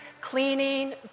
cleaning